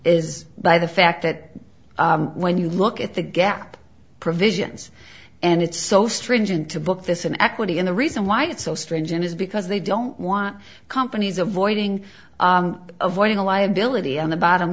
is by the fact that when you look at the gap provisions and it's so stringent to book this in equity in the reason why it's so strange and is because they don't want companies avoiding avoiding a liability on the bottom